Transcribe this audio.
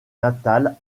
natale